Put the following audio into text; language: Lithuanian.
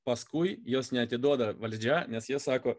paskui juos neatiduoda valdžia nes jie sako